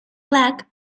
black